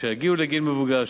כשיגיעו לגיל מבוגר,